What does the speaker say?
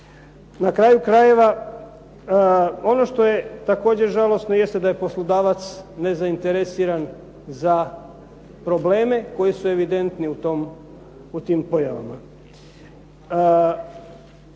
Na kraju krajeva, ono što je također žalosno jeste da je poslodavac nezainteresiran za probleme koji su evidentni u tim pojavama.